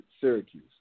Syracuse